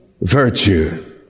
virtue